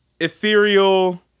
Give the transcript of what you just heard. ethereal